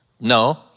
No